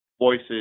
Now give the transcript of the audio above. voices